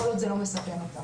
כל עוד זה לא מסכן אותם.